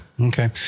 Okay